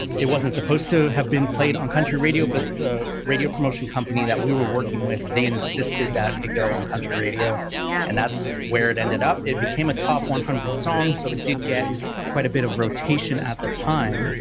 it wasn't supposed to have been played on country radio, but the radio promotion company that we were working with, they insisted that it go on country radio. yeah, and that's where it ended up, it became a top one hundred songs, so it did get quite a bit of rotation at the time,